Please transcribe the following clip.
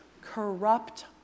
corrupt